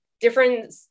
different